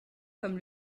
comme